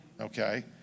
Okay